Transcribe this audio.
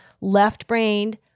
left-brained